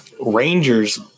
Rangers